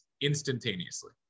instantaneously